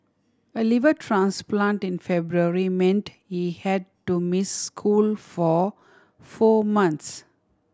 a liver transplant in February meant he had to miss school for four months